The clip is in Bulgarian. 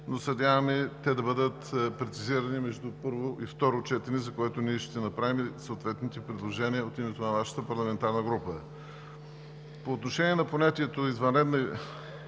но се надяваме те да бъдат прецизирани между първо и второ четене, за което ще направим съответните предложения от името на нашата парламентарна група. По отношение на понятието „извънредна